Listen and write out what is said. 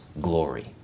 glory